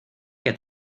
que